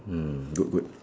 mm good good